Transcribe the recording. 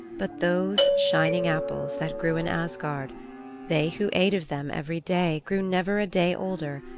but those shining apples that grew in asgard they who ate of them every day grew never a day older,